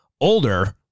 older